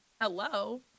hello